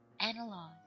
Analyze